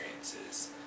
experiences